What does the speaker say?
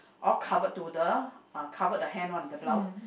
all covered to the uh cover the hand one the blouse